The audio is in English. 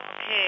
Okay